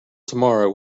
tomorrow